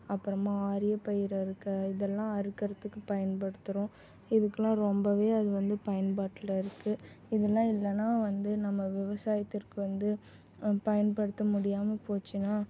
அப்புறமா ஆரிய பயிர் அறுக்க இதெல்லாம் அறுக்கிறதுக்கு பயன்படுத்துகிறோம் இதுக்கெல்லாம் ரொம்ப அது வந்து பயன்பாட்டில் இருக்குது இதலாம் இல்லைன்னா வந்து நம்ம விவசாயத்திற்கு வந்து பயன்படுத்த முடியாமல் போச்சுனா